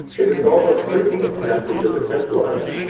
it is almost certainly connected to the templars,